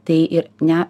tai ir ne